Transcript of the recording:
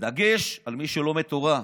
בדגש על מי שלומד תורה.